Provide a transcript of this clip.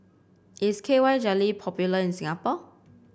is K Y Jelly popular in Singapore